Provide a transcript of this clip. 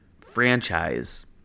franchise